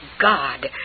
God